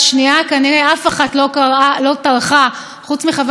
כנראה חוץ ממנו אף אחד לא טרח לקרוא את הריאיון עצמו.